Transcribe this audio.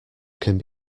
can